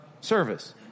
service